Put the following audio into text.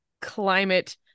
climate